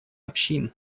общин